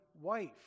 wife